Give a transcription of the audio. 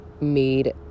made